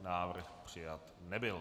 Návrh přijat nebyl.